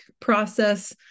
process